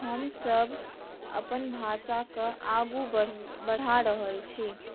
हमसभ अपन भाषाके आगू बढ़ा रहल छी